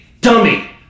dummy